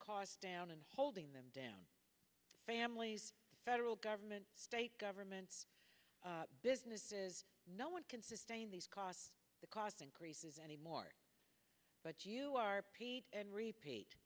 cost down and holding them down families federal government state governments businesses no one can sustain these costs the cost increases any more but you are paid and repeat